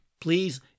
please